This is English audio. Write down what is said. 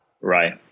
Right